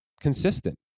consistent